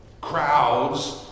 Crowds